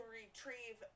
retrieve